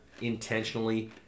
intentionally